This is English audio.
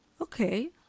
Okay